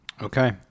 Okay